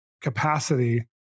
capacity